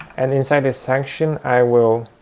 and inside this function, i will